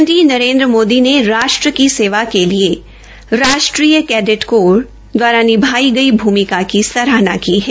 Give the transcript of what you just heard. प्रधानमंत्री नरेन्द्र मोदी ने राष्ट्र की सेवा के लिए राष्ट्रीय कैडेट कोर एनसीसी दवारा निभाई गई भूमिका की सराहना की है